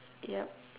yup